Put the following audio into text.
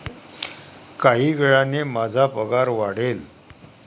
काही वेळाने माझा पगार वाढेल